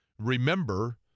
remember